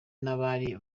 n’abari